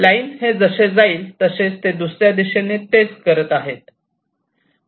line हे जसे जाईल तसेच ते दुसर्या दिशेने तेच करीत आहेत